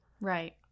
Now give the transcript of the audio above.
Right